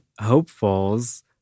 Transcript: hopefuls